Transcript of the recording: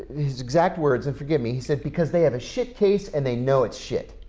his exact words, and forgive me he said because they have a shit case and they know it's shit,